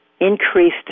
increased